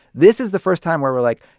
this is the first time where we're like,